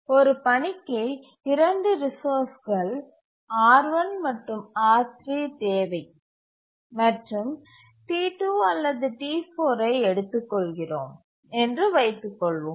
ஒரு பணிக்கு 2 ரிசோர்ஸ்கள் R1 மற்றும் R3 தேவை மற்றும் T2 அல்லது T4ஐ எடுத்துக்கொள்கிறோம் என்று வைத்துக்கொள்வோம்